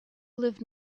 live